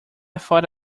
thought